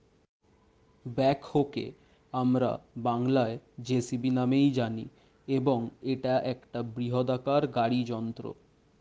ব্যাকহোকে আমরা বংলায় জে.সি.বি নামেই জানি এবং এটা একটা বৃহদাকার গাড়ি যন্ত্র